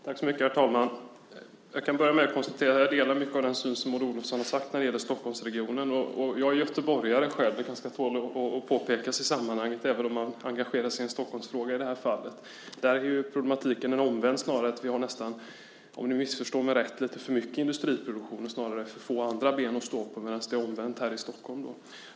Herr talman! Jag kan börja med att konstatera att jag delar mycket av den syn som Maud Olofsson har framfört när det gäller Stockholmsregionen. Jag är göteborgare, vilket kanske ska påpekas i sammanhanget, även om jag engagerar mig i en Stockholmsfråga i detta fall. I Göteborg är problematiken snarare den omvända, att vi nästan har lite för mycket industriproduktion, om ni missförstår mig rätt, och snarare för få andra ben att stå på. Men i Stockholm gäller det omvända.